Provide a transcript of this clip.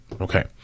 Okay